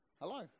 Hello